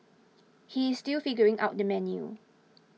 he is still figuring out the menu